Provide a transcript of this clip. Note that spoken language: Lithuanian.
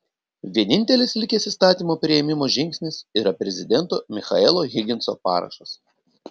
vienintelis likęs įstatymo priėmimo žingsnis yra prezidento michaelo higginso parašas